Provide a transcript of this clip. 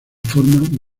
forma